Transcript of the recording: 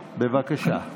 בבקשה.